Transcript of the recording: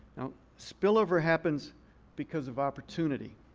now spillover happens because of opportunity.